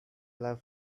love